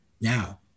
now